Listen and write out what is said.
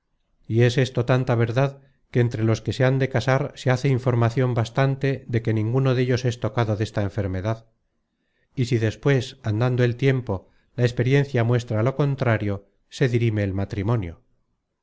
y es esto tanta verdad que entre los que se han de casar se hace informacion bastante de que ninguno dellos es tocado desta enfermedad y si despues andando el tiempo la experiencia muestra lo contrario se dirime el matrimonio